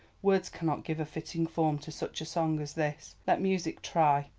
words cannot give a fitting form to such a song as this. let music try!